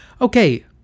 Okay